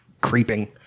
creeping